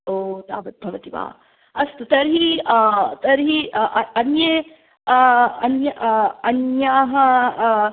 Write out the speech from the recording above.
ओ तावद्भवति वा अस्तु तर्हि तर्हि अन्ये अन्याः